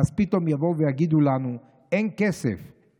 ואז פתאום יבואו ויגידו לנו: אין כסף,